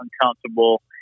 uncomfortable